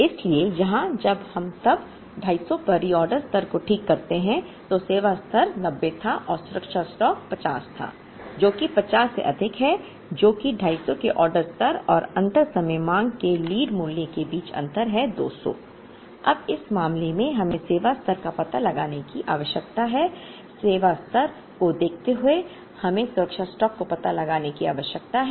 इसलिए यहाँ जब हम तब 250 पर रिऑर्डर स्तर को ठीक करते हैं तो सेवा स्तर 90 था और सुरक्षा स्टॉक 50 था जो कि 50 से अधिक है जो कि 250 के रिऑर्डर स्तर और अंतर समय मांग के लीड मूल्य के बीच अंतर है 200 अब इस मामले में हमें सेवा स्तर का पता लगाने की आवश्यकता है सेवा स्तर को देखते हुए हमें सुरक्षा स्टॉक का पता लगाने की आवश्यकता है